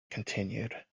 continued